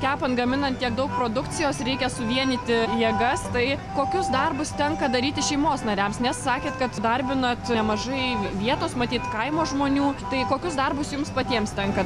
kepant gaminant tiek daug produkcijos reikia suvienyti jėgas tai kokius darbus tenka daryti šeimos nariams nes sakėt kad darbinot nemažai vietos matyt kaimo žmonių tai kokius darbus jums patiems tenka